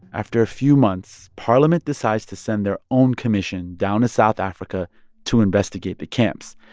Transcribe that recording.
after a few months, parliament decides to send their own commission down to south africa to investigate the camps.